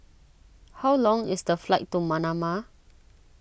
how long is the flight to Manama